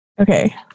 Okay